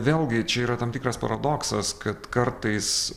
vėlgi čia yra tam tikras paradoksas kad kartais